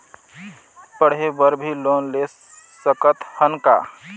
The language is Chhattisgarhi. पढ़े बर भी लोन ले सकत हन का?